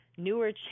Newer